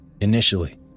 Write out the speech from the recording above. Initially